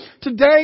today